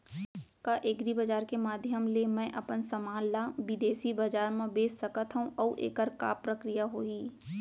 का एग्रीबजार के माधयम ले मैं अपन समान ला बिदेसी बजार मा बेच सकत हव अऊ एखर का प्रक्रिया होही?